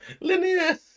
Linear